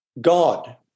God